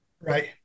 Right